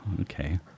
Okay